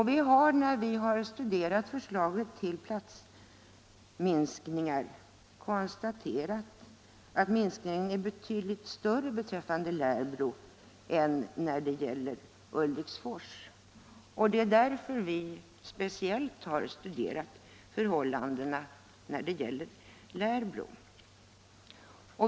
Vi har när vi studerat förslaget till platsminskningar konstaterat att minskningen är betydligt större för Lärbro än för Ulriksfors. Vi har därför speciellt studerat förhållandena i fråga om Lärbro.